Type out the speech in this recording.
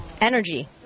Energy